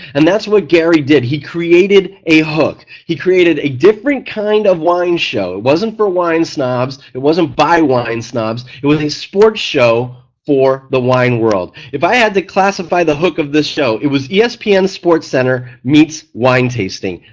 and that's what gary did, he created a hook. he created a different kind of wine show, it wasn't for wine snobs. it wasn't by wine snobs it was a sports show for the wine world. if i had to classify the hook of this show it was espn sports center meets wine tasting,